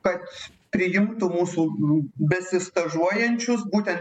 kad priimtų mūsų besistažuojančius būten